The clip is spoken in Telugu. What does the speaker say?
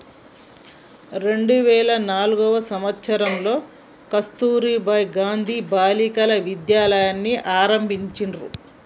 రెండు వేల నాల్గవ సంవచ్చరంలో కస్తుర్బా గాంధీ బాలికా విద్యాలయని ఆరంభించిర్రు